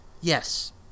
Yes